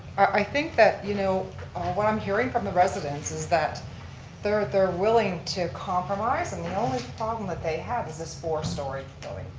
i think that, you know what i'm hearing from the residents is that they're they're willing to compromise and the only problem that they have is this four story building.